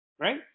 Right